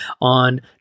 on